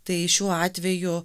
tai šiuo atveju